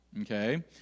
okay